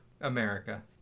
America